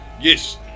Yes